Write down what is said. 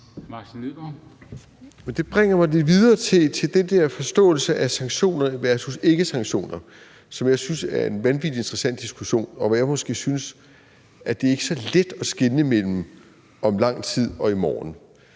Det bringer mig videre til den der forståelse af sanktioner versus ikkesanktioner, som jeg synes er en vanvittig interessant diskussion, og hvor jeg måske synes, at det ikke er så let at skelne mellem »om lang tid« og »i morgen«.